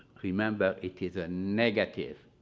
remember, it is a negative,